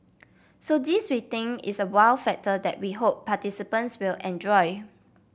so this we think is a wow factor that we hope participants will enjoy